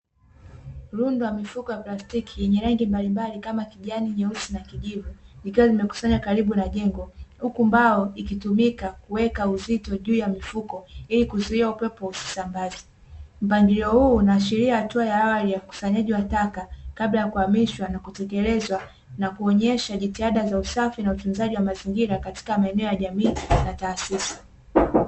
Rundo la mifuko ya plastiki yenye rangi mbalimbali kama kijan, nyeusi na kijivu zikiwa zimekusanywa kalibu na jengio huku mbao ikitumika kuweka uzito juu ya mifuko ili kuzuia upepo usisambaze. Mpangilio huu unaashiria hatua za awali za ukusanyaji wa taka kabla ya kuamlishwa kutekeleza na kuonyesha jitihada za usafi wa utunzaji wa mazingira katika maeneo ya jamiii na taasisi.